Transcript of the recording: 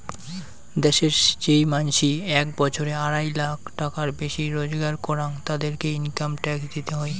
দ্যাশের যেই মানসি এক বছরে আড়াই লাখ টাকার বেশি রোজগার করাং, তাদেরকে ইনকাম ট্যাক্স দিতে হই